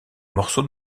morceau